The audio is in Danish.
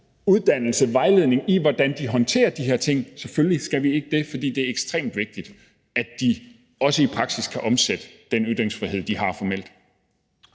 uddannelse og vejledning i, hvordan de håndterer de her ting? Selvfølgelig skal vi det. For det er ekstremt vigtigt, at de også i praksis kan omsætte den ytringsfrihed, de formelt